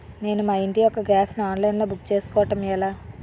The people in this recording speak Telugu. నేను మా ఇంటి యెక్క గ్యాస్ ను ఆన్లైన్ లో బుక్ చేసుకోవడం ఎలా?